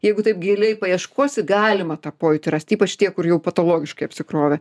jeigu taip giliai paieškosi galima tą pojūtį rast ypač tie kur jau patologiškai apsikrovę